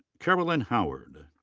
carolyn howard.